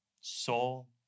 soul